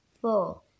four